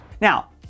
Now